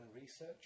research